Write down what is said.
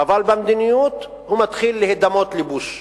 אבל במדיניות הוא מתחיל להידמות לבוש.